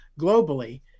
globally